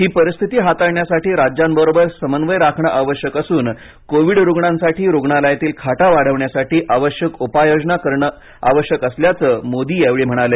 ही परिस्थिती हाताळण्यासाठी राज्यांबरोबर समन्वय राखणे आवश्यक असून कोविड रूग्णांसाठी रुग्णालयातील खाटा वाढवण्यासाठी आवश्यक उपाययोजना करणे आवश्यक असल्याचं मोदी यावेळी म्हणाले